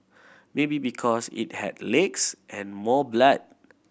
maybe because it had legs and more blood